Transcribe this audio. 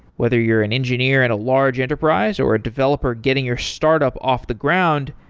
whether you're an engineer at a large enterprise, or a developer getting your startup off the ground,